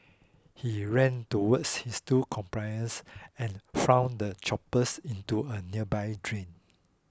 he ran towards his two accomplices and flung the choppers into a nearby drain